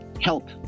help